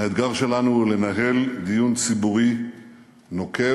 האתגר שלנו הוא לנהל דיון ציבורי נוקב,